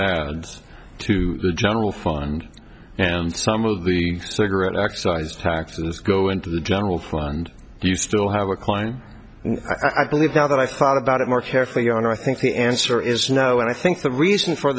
adds to the general fund and some of the cigarette excise taxes go into the general fund you still have a cline i believe now that i thought about it more carefully and i think the answer is no and i think the reason for